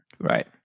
Right